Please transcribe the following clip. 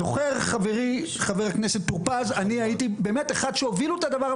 זוכר חברי חבר הכנסת טור פז שאני הייתי אחד מאלה שהוביל את הדבר.